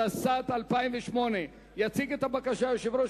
התשס"ט 2008. יציג את הבקשה יושב-ראש